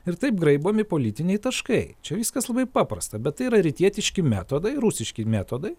ir taip graibomi politiniai taškai čia viskas labai paprasta bet tai yra rytietiški metodai rusiški metodai